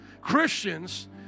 Christians